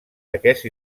aquest